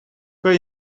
kan